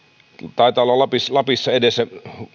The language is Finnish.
taitaa olla lapissa lapissa edessä